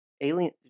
Alien